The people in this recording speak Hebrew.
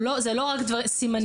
אלה לא רק סימנים.